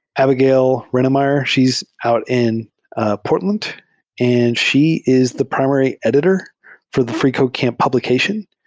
abigail rennemeyer. she's out in portland and she is the primary editor for the freecodecamp publication,